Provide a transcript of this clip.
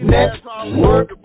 Network